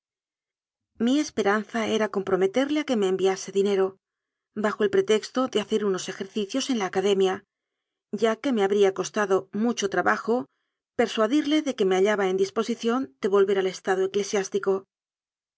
mi esperanza era comprome terle a que me enviase dinero bajo el pretexto de hacer unos ejercicios en la academia ya que me habría costado mucho trabajo persuadirle de que me hallaba en disposición de volver al estado ecle